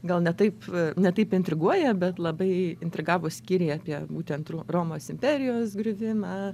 gal ne taip ne taip intriguoja bet labai intrigavo skyriai apie būtent romos imperijos griuvimą